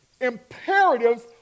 Imperatives